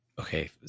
okay